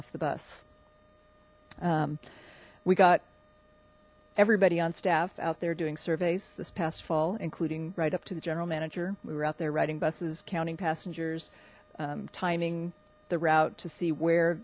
off the bus we got everybody on staff out there doing surveys this past fall including right up to the general manager we were out there riding buses counting passengers timing the route to see where